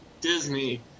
Disney